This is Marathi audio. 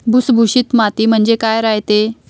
भुसभुशीत माती म्हणजे काय रायते?